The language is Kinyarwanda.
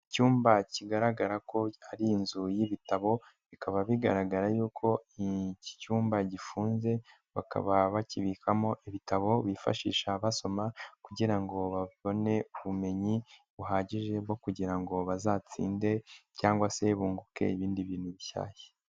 Icyumba kigaragara ko ari inzu y'ibitabo bikaba bigaragara yuko iki cyumba gifunze bakaba bakibikamo ibitabo bifashisha basoma kugira ngo babone ubumenyi buhagije bwo kugira ngo bazatsinde cyangwa se bunguke ibindi bintu bishyashya.